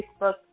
Facebook